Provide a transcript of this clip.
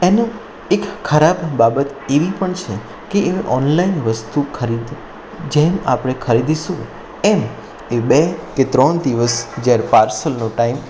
એનું એક ખરાબ બાબત એવી પણ છે કે એ ઓનલાઈન વસ્તુ ખરીદ જેમ આપણે ખરીદીશું એમ એ બે કે ત્રણ દિવસ જ્યારે પાર્સલનો ટાઈમ